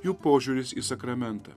jų požiūris į sakramentą